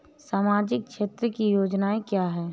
सामाजिक क्षेत्र की योजनाएँ क्या हैं?